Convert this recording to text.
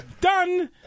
Done